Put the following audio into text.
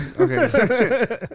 Okay